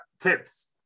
tips